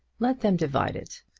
let them divide it.